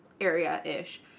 area-ish